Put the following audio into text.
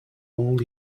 all